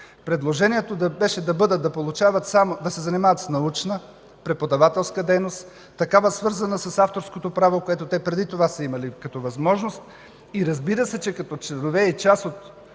Предложението беше да се занимават само с научна, преподавателска дейност, такава, свързана с авторското право, което те преди това са имали като възможност и, разбира се, че като членове и част от